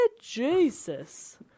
Jesus